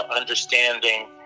understanding